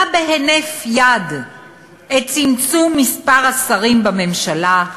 בהינף יד את צמצום מספר השרים בממשלה,